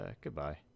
goodbye